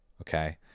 Okay